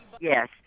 Yes